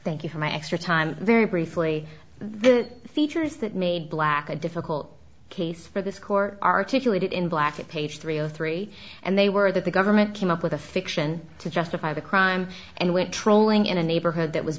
thank you for my extra time very briefly the features that made black a difficult case for this court articulated in black at page three zero three and they were that the government came up with a fiction to justify the crime and went trolling in a neighborhood that was